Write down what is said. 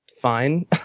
fine